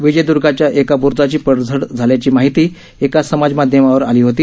विजयद्र्गाच्या एका ब्रुजाची पडझड झाल्याची माहिती एका समाजमाध्यमावर आली होती